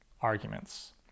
arguments